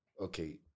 okay